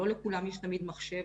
לא לכולם יש תמיד מחשב,